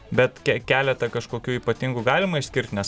bet ke keletą kažkokių ypatingų galima išskirt nes